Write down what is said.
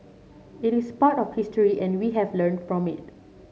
it is part of history and we have learned from it